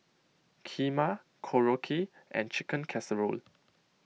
Kheema Korokke and Chicken Casserole